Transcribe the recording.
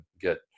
get